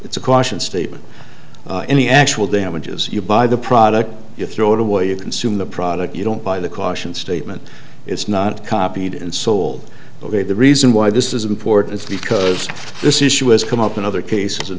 it's a caution statement any actual damages you buy the product you throw it away you consume the product you don't buy the caution statement it's not copied and soul of a the reason why this is important is because this issue has come up in other cases in